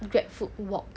grab food walk